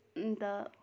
अन्त